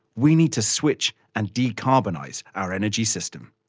we need to switch and decarbonise our energy system.